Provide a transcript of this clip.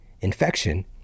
infection